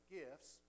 gifts